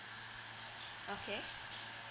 okay